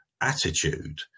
attitude